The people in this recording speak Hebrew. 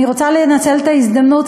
אני רוצה לנצל את ההזדמנות,